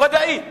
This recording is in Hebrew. ודאית